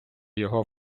його